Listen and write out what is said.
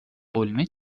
قلمه